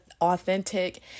authentic